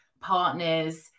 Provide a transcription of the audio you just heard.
partners